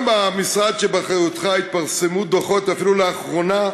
גם במשרד שבאחריותך התפרסמו דוחות, אפילו לאחרונה,